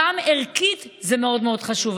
גם ערכית זה מאוד מאוד חשוב.